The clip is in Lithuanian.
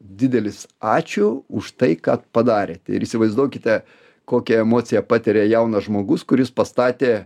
didelis ačiū už tai kat padarėt ir įsivaizduokite kokią emociją patiria jaunas žmogus kuris pastatė